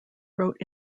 wrote